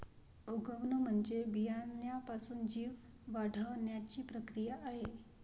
उगवण म्हणजे बियाण्यापासून जीव वाढण्याची प्रक्रिया आहे